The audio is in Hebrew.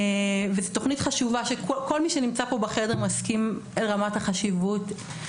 וזאת תוכנית חשובה שכל מי שנמצא פה בחדר מסכים לרמת החשיבות שלה.